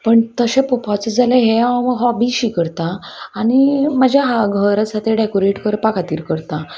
पण तशें पळोवपाचो जाल्यार हें हांव हॉबी शी करता आनी म्हाज्या घर आसा तें डेकोरेट करपा खातीर करता